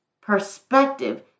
perspective